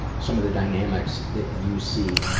some of the dynamics that you see